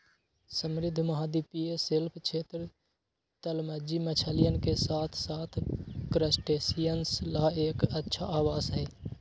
समृद्ध महाद्वीपीय शेल्फ क्षेत्र, तलमज्जी मछलियन के साथसाथ क्रस्टेशियंस ला एक अच्छा आवास हई